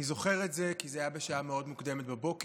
אני זוכר את זה כי זה היה בשעה מאוד מוקדמת בבוקר.